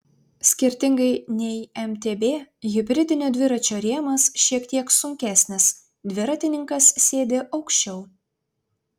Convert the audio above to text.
skirtingai nei mtb hibridinio dviračio rėmas šiek tiek sunkesnis dviratininkas sėdi aukščiau